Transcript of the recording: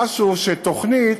משהו שתוכנית,